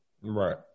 Right